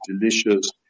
delicious